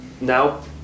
now